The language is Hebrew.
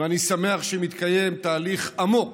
ואני שמח שמתקיים תהליך עמוק